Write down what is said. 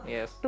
Yes